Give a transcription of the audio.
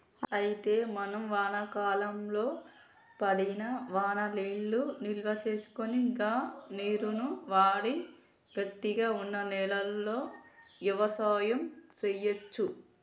అయితే మనం వానాకాలంలో పడిన వాననీళ్లను నిల్వసేసుకొని గా నీరును వాడి గట్టిగా వున్న నేలలో యవసాయం సేయచ్చు